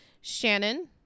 Shannon